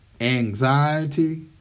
Anxiety